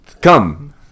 Come